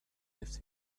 left